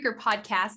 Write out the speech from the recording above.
Podcast